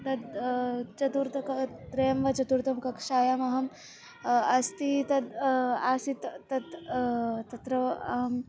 तद् चतुर्थकं त्रयं वा चतुर्थं कक्षायाम् अहम् अस्ति तद् आसीत् तत् तत्र अहम्